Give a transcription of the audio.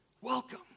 Welcome